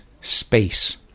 space